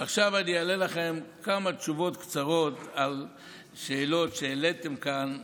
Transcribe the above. ועכשיו אני אענה לכם כמה תשובות קצרות על שאלות שהעליתם כאן.